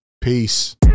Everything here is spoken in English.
Peace